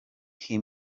him